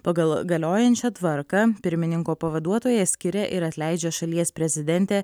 pagal galiojančią tvarką pirmininko pavaduotoją skiria ir atleidžia šalies prezidentė